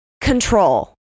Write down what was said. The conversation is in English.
Control